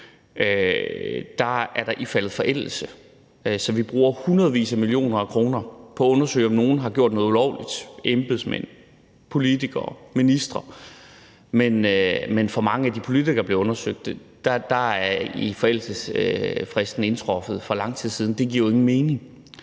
er der ifaldet forældelse, så vi bruger hundredvis af millioner kroner på at undersøge, om nogen har gjort noget ulovligt – embedsmænd, politikere, ministre – men i forhold til mange af de politikere, der bliver undersøgt, er forældelsesfristen indtruffet for lang tid siden. Det giver jo ingen mening.